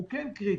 זה לא מקובל.